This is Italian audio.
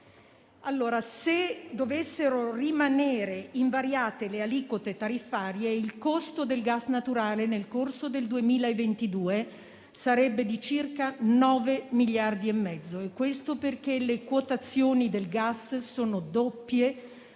cifre. Se dovessero rimanere invariate le aliquote tariffarie, il costo del gas naturale nel corso del 2022 sarebbe di circa 9,5 miliardi. Questo perché le quotazioni del gas sono doppie